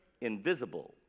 invisible